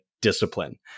discipline